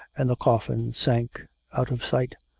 and the coffin sank out of sight,